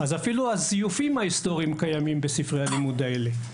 אז אפילו זיופים היסטוריים קיימים בספרי הלימוד האלה.